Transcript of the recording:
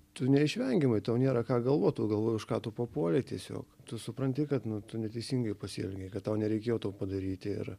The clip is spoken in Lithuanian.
tu neišvengiamai tau nėra ką galvot tu galvoji už ką tu papuolei tiesiog tu supranti kad nu tu neteisingai pasielgei kad tau nereikėjo to padaryti ir